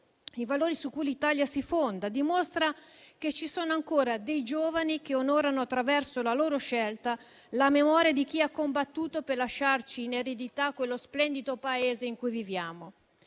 i valori su cui l'Italia si fonda, dimostra che ci sono ancora dei giovani che onorano, attraverso la loro scelta, la memoria di chi ha combattuto per lasciarci in eredità lo splendido Paese in cui viviamo.